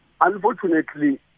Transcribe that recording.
Unfortunately